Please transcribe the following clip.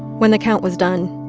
when the count was done,